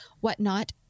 whatnot